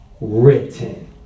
written